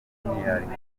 by’umwihariko